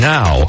Now